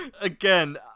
again